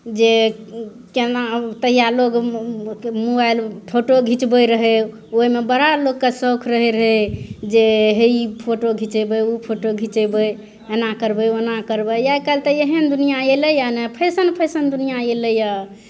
जे केना तहिया लोग मोबाइल फोटो घीचबय रहय ओइमे बड़ा लोगके शौक रहय रहय जे हे ई फोटो घीचब उ फोटो घीचेबय एना करबय ओना करबय आइ काल्हि तऽ एहन दुनिआँ एलय हइ ने फैशन फैशन दुनिआँ एलय हँ